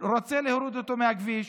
והוא רוצה להוריד אותו מהכביש,